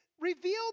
revealed